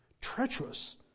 treacherous